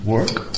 work